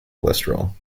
cholesterol